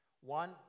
One